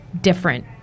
different